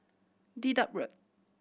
Dedap Road